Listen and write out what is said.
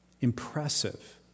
impressive